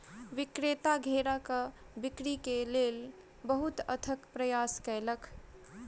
विक्रेता घेराक बिक्री लेल बहुत अथक प्रयास कयलक